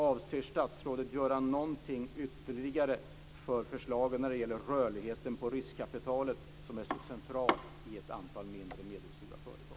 Avser statsrådet göra någonting ytterligare för förslagen när det gäller rörligheten på riskkapitalet som är så centralt i ett antal mindre och medelstora företag?